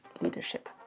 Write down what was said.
Leadership